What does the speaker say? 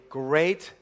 great